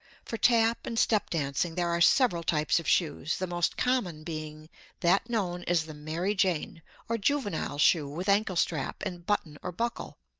for tap and step dancing there are several types of shoes, the most common being that known as the mary jane or juvenile shoe with ankle strap and button or buckle.